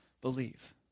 believe